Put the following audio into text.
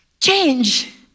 Change